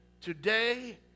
today